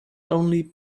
only